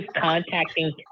contacting